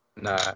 Nah